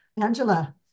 Angela